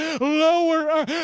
lower